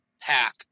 pack